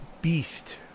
beast